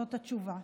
זאת התשובה: